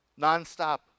nonstop